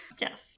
Yes